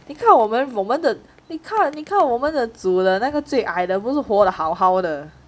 你看我们我们的你看你看我们的组的那个最矮的不是活得好好的